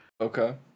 Okay